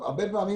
הרבה פעמים